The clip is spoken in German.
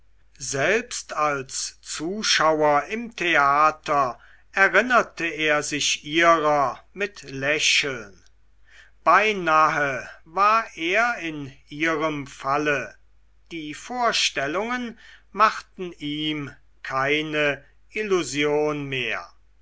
selbst als zuschauer im theater erinnerte er sich ihrer mit lächeln beinahe war er in ihrem falle die vorstellungen machten ihm keine illusion mehr